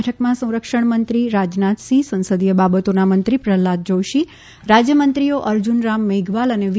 બેઠકમાં સંરક્ષણમંત્રી રાજનાથસિંહ સંસદીય બાબતોના મંત્રી પ્રહલાદ જોશી રાજ્યમંત્રીઓ અર્જુનરામ મેધવાલ અને વી